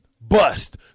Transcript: bust